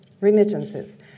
remittances